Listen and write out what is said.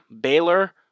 Baylor